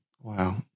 Wow